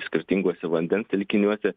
skirtinguose vandens telkiniuose